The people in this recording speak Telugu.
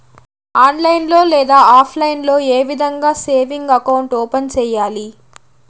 ఆన్లైన్ లో లేదా ఆప్లైన్ లో ఏ విధంగా సేవింగ్ అకౌంట్ ఓపెన్ సేయాలి